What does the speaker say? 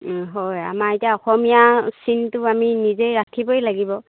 হয় আমাৰ এতিয়া অসমীয়া চিনটো আমি নিজেই ৰাখিবই লাগিব